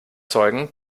zeugen